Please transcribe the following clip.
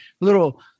Little